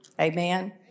Amen